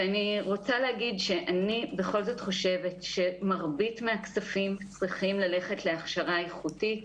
אני בכל זאת חושבת שמרבית הכספים צריכים ללכת להכשרה איכותית.